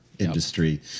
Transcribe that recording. industry